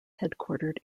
headquartered